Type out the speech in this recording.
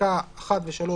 מפסקאות (1) ו-(3),